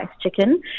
chicken